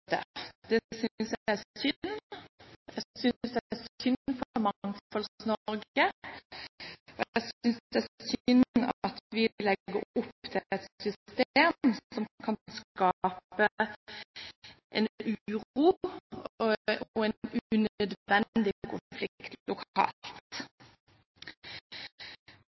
Det synes jeg er synd. Jeg synes det er synd for Mangfolds-Norge, og jeg synes det er synd at vi legger opp til et system som kan skape en uro og en